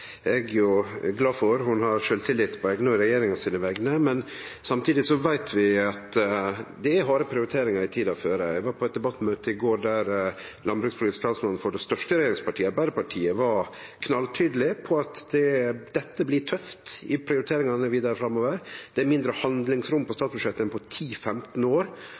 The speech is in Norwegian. regjeringa sine vegner, men samtidig veit vi at det blir harde prioriteringar i tida framover. Eg var på eit debattmøte i går der landbrukspolitisk talsmann for det største regjeringspartiet, Arbeidarpartiet, var knalltydeleg på at det blir tøft i prioriteringane vidare framover. Det er mindre handlingsrom på statsbudsjettet enn på 10–15 år,